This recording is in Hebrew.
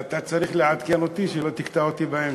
אתה צריך לעדכן אותי, שלא תקטע אותי באמצע.